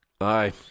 Aye